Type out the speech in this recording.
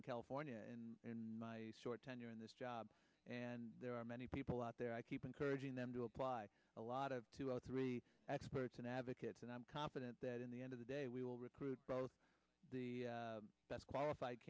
in california and in my short tenure in this job and there are many people out there i keep encouraging them to apply a lot of two or three experts and advocates and i'm confident that in the end of the day we will recruit the best qualified